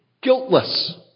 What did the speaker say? Guiltless